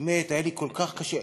באמת, היה לי כל כך קשה.